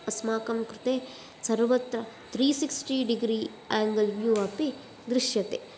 अस्माकं कृते सर्वत्र three sixty degree angle view अपि दृश्यते